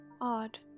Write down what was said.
Odd